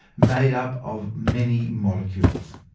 made up of many molecules.